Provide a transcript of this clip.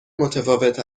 متفاوت